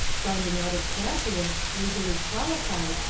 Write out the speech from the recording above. grinding out its graduates, legally qualified,